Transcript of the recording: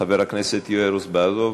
חבר הכנסת יואל רזבוזוב,